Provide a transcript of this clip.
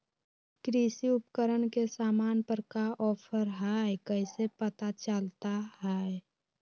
कृषि उपकरण के सामान पर का ऑफर हाय कैसे पता चलता हय?